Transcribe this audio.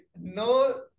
No